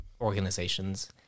organizations